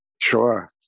Sure